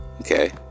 okay